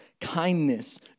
kindness